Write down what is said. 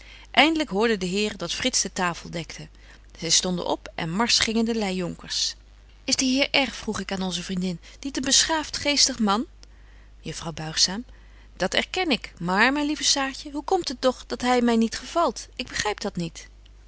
eindlyk hoorden de heren dat frits de tafel dekte zy stonden op en marsch gingen de leijonkers is die heer r vroeg ik aan onze vriendin niet een beschaaft geestig man juffrouw buigzaam dat erken ik maar myn lieve saartje hoe komt het doch dat hy my niet gevalt ik begryp dat niet